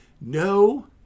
no